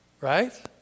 Right